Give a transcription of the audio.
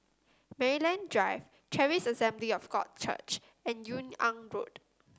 Maryland Drive Charis Assembly of God Church and Yung An Road